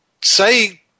say